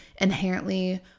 inherently